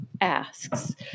asks